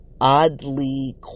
oddly